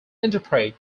interpret